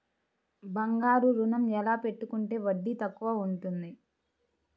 బంగారు ఋణం ఎలా పెట్టుకుంటే వడ్డీ తక్కువ ఉంటుంది?